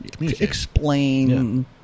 explain